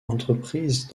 entreprise